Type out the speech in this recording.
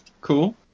cool